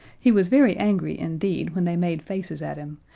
he was very angry, indeed, when they made faces at him,